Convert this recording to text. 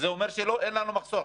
אז זה אומר שאין לנו מחסור.